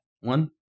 One